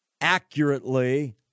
accurately